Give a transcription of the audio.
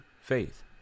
faith